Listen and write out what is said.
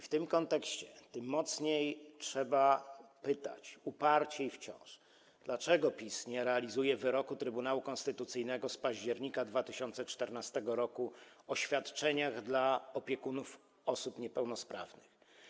W tym kontekście tym mocniej trzeba pytać, uparcie i wciąż, dlaczego PiS nie realizuje wyroku Trybunału Konstytucyjnego z października 2014 r. dotyczącego świadczeń dla opiekunów osób niepełnosprawnych.